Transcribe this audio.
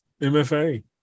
MFA